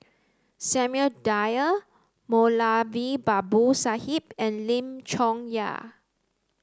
Samuel Dyer Moulavi Babu Sahib and Lim Chong Yah